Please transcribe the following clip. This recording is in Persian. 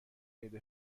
عید